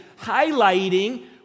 highlighting